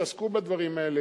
שעסקו בדברים האלה,